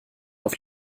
auf